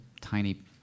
tiny